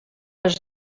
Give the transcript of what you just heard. les